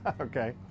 okay